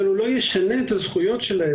אבל הוא לא ישנה את הזכויות שלהם,